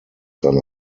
seine